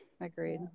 Agreed